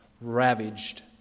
ravaged